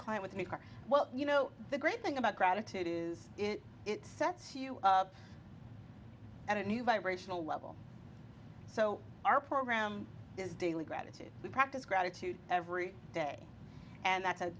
climb with me car well you know the great thing about gratitude is it sets you up at a new vibrational level so our program is daily gratitude we practice gratitude every day and that's a